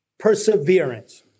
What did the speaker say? perseverance